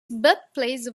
birthplace